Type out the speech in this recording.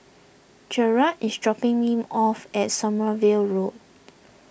Gerard is dropping me off at Sommerville Road